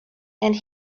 and